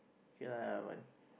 K lah but